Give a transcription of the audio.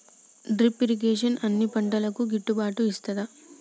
Drip irrigation అన్ని పంటలకు గిట్టుబాటు ఐతదా?